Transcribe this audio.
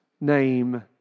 name